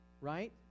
right